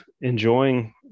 enjoying